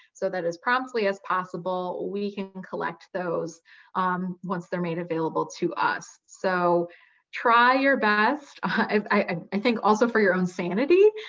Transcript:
so that as promptly as possible, we can can those um once they're made available to us. so try your best, i think also for your own sanity,